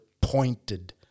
pointed